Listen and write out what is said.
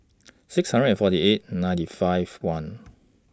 six hundred and forty eight ninety five one